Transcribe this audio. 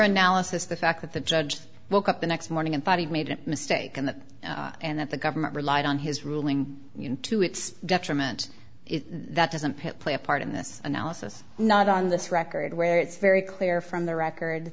analysis the fact that the judge woke up the next morning and made a mistake and that and that the government relied on his ruling to its detriment if that doesn't play a part in this analysis not on this record where it's very clear from the record